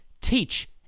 teach